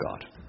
God